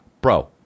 Bro